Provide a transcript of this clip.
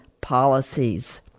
policies